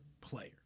player